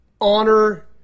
honor